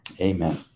Amen